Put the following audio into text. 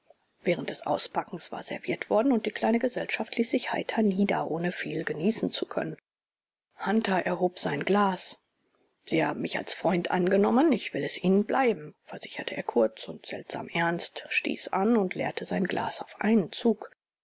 während des auspackens war serviert worden und die kleine gesellschaft ließ sich heiter nieder ohne viel genießen zu können hunter erhob sein glas sie haben mich als freund angenommen ich will es ihnen bleiben versicherte er kurz und seltsam ernst stieß an und leerte sein glas auf einen zug